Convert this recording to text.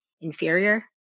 inferior